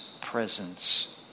presence